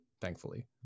thankfully